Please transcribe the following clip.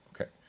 Okay